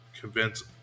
convince